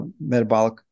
metabolic